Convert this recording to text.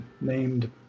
named